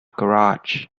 garage